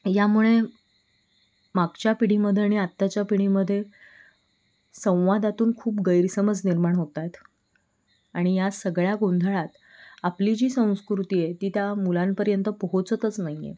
यामुळे मागच्या पिढीमध्ये आणि आत्ताच्या पिढीमध्ये संवादातून खूप गैरसमज निर्माण होत आहेत आणि या सगळ्या गोंधळात आपली जी संस्कृती आहे ती त्या मुलांपर्यंत पोहोचतच नाही आहे